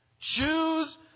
Choose